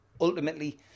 ultimately